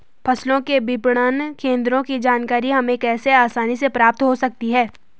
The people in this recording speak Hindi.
फसलों के विपणन केंद्रों की जानकारी हमें कैसे आसानी से प्राप्त हो सकती?